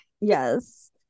yes